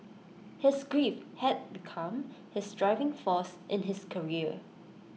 his grief had become his driving force in his career